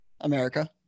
America